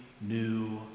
new